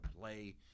play